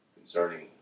concerning